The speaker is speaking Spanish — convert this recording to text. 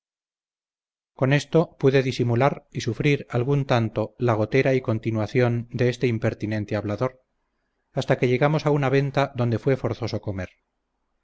con esto pude disimular y sufrir algún tanto la gotera y continuación de este impertinente hablador hasta que llegamos a una venta donde fue forzoso comer